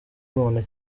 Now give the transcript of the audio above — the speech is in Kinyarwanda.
muntu